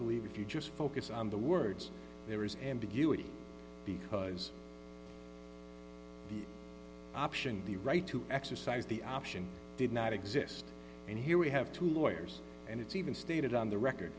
believe if you just focus on the words there is ambiguity because the option the right to exercise the option did not exist and here we have two lawyers and it's even stated on the record